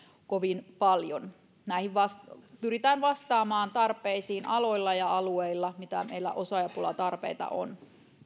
kovin paljon näihin tarpeisiin pyritään vastaamaan aloilla ja alueilla missä meillä osaajapulatarpeita on